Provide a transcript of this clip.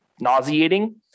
nauseating